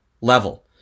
level